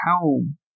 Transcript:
home